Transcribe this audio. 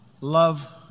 love